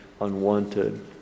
unwanted